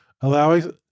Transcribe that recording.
allowing